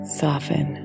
soften